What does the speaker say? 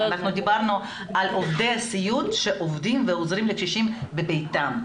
דיברנו על עובדי הסיעוד שעובדים ועוזרים לקשישים בביתם.